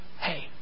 Hey